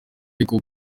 ariko